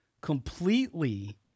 completely